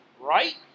right